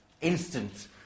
instant